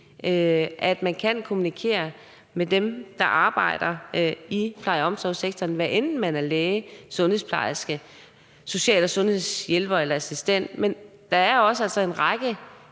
at man kan kommunikere med dem, der arbejder i pleje- og omsorgssektoren, hvad enten man er læge, sundhedsplejerske, social- og sundhedshjælper eller social- og sundhedsassistent. Men der er altså også en række